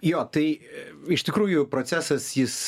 jo tai iš tikrųjų procesas jis